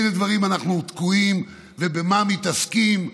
באיזה דברים אנחנו תקועים ובמה אנחנו מתעסקים.